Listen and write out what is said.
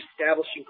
establishing